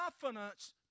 confidence